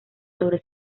sobre